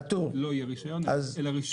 לא יהיה רישיון, אלא רישום.